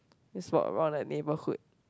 just walk around like neighbourhood